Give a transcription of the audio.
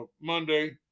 monday